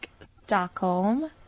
Stockholm